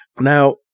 now